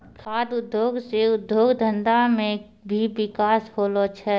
खाद्य उद्योग से उद्योग धंधा मे भी बिकास होलो छै